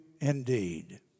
indeed